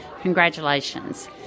Congratulations